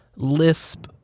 Lisp